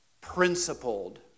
principled